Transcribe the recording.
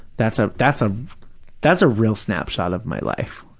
that's ah that's a, that's a real snapshot of my life,